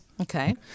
Okay